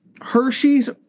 Hershey's